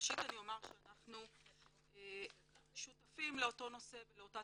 ראשית אני אומר שאנחנו שותפים לאותו נושא ולאותה